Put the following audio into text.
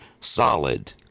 solid